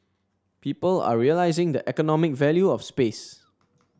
people are realising the economic value of space